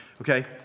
Okay